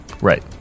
Right